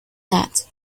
that